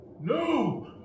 No